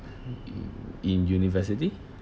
in university